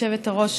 גברתי היושבת-ראש,